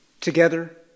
together